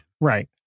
Right